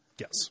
Yes